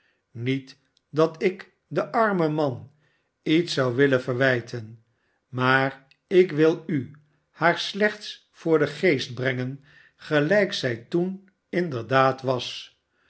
niet dat ik den armen man iets zou willen verwijten maar ik wil u haar slechts voor den geest brengen gelijk zij toen inderdaad was